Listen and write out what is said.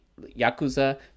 yakuza